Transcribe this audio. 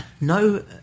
no